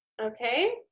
Okay